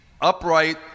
upright